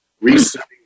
resetting